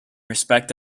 respect